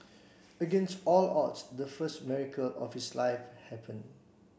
against all odds the first miracle of his life happened